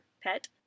pet